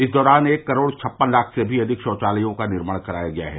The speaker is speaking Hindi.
इस दौरान एक करोड़ छप्पन लाख से भी अधिक शौचालयों का निर्माण कराया गया है